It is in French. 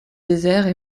désert